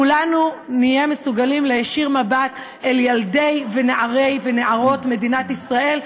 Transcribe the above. כולנו נהיה מסוגלים להישיר מבט אל ילדי ונערי ונערות מדינת ישראל,